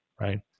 right